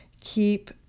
Keep